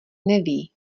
neví